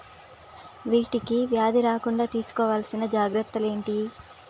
వీటికి వ్యాధి రాకుండా తీసుకోవాల్సిన జాగ్రత్తలు ఏంటియి?